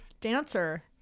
dancer